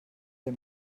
der